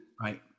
right